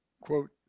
Quote